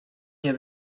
nie